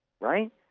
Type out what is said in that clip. right